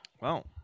Wow